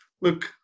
Look